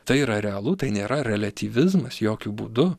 tai yra realu tai nėra reliatyvizmas jokiu būdu